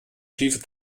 schiefe